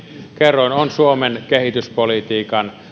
kerroin ovat suomen kehityspolitiikan